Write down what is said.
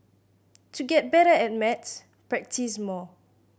to get better at maths practise more